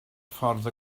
ffordd